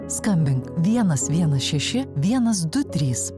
skambink vienas vienas šeši vienas du trys